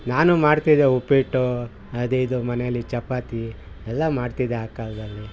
ನಾನು ಮಾಡ್ತಿದ್ದೆ ಉಪ್ಪಿಟ್ಟು ಅದು ಇದು ಮನೆಯಲ್ಲಿ ಚಪಾತಿ ಎಲ್ಲ ಮಾಡ್ತಿದ್ದೆ ಆ ಕಾಲದಲ್ಲಿ